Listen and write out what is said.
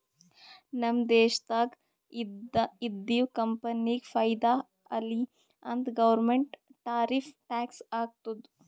ನಮ್ ದೇಶ್ದಾಗ್ ಇದ್ದಿವ್ ಕಂಪನಿಗ ಫೈದಾ ಆಲಿ ಅಂತ್ ಗೌರ್ಮೆಂಟ್ ಟಾರಿಫ್ ಟ್ಯಾಕ್ಸ್ ಹಾಕ್ತುದ್